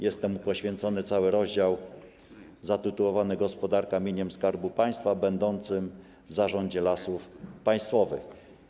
Jest temu poświęcony cały rozdział zatytułowany: Gospodarowanie mieniem Skarbu Państwa będącym w zarządzie Lasów Państwowych.